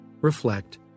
reflect